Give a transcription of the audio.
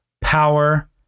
power